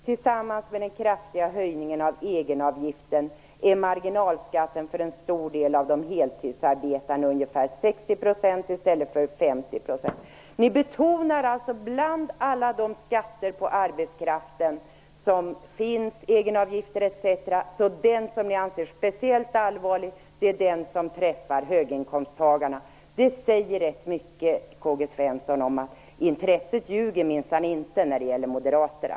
Tillsammans med den kraftiga höjningen av egenavgiften är marginalskatten för en stor del av de heltidsarbetande ungefär 60 % i stället för 50 %. Ni betonar bland alla skatter på arbetskraften - egenavgifter etc. - som speciellt allvarlig den som träffar höginkomsttagarna. Det säger rätt mycket om att intresset minsann inte ljuger när det gäller Moderaterna.